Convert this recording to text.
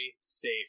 safe